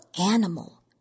animal